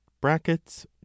brackets